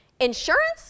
insurance